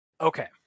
Okay